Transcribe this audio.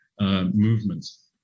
movements